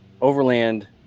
overland